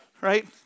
right